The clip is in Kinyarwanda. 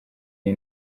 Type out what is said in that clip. iyi